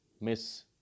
miss